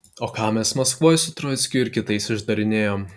o ką mes maskvoj su troickiu ir kitais išdarinėjom